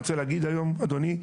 אני רוצה להגיד היום אדוני,